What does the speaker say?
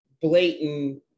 blatant